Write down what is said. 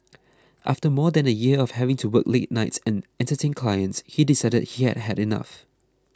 after more than a year of having to work late nights and Entertain Clients he decided he had had enough